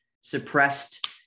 suppressed